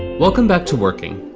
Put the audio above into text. welcome back to working,